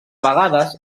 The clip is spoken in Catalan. vegades